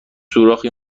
سوراخی